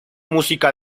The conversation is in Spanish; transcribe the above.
música